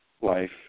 life